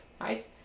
right